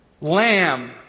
lamb